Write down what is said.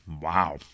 Wow